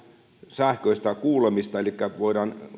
sähköistä kuulemista elikkä voidaan